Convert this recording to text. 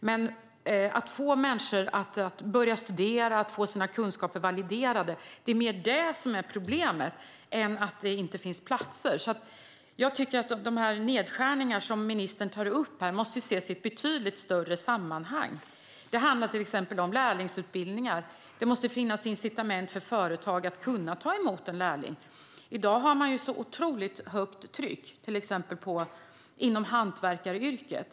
Men problemet handlar mer om att få människor att börja studera och få sina kunskaper validerade än om att det inte finns platser. Jag tycker alltså att de nedskärningar som ministern tar upp måste ses i ett betydligt större sammanhang. Det handlar till exempel om lärlingsutbildningar. Det måste finnas incitament för företag att ta emot en lärling. I dag har man ett otroligt högt tryck inom till exempel hantverkaryrket.